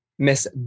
Miss